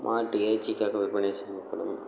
மாட்டு இறைச்சிக்காக விற்பனை செய்யப்படும்